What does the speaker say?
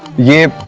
you